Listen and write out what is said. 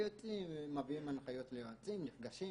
יועצים מביאים --- נפגשים,